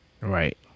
right